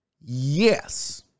Yes